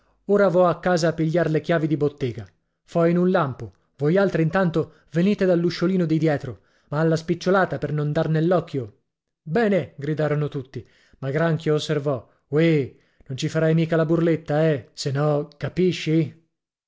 ora vo a casa a pigliar le chiavi di bottega fo in un lampo voialtri intanto venite dall'usciolino di dietro ma alla spicciolata per non dar nell'occhio bene gridarono tutti ma granchio osservò ohé non ci farai mica la burletta eh se no capisci